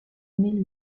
mille